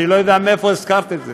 אני לא יודע מאיפה הזכרת את זה.